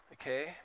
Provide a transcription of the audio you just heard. Okay